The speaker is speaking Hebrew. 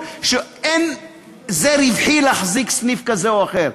שזה לא רווחי להחזיק סניף כזה או אחר.